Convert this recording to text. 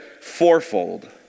fourfold